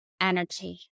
energy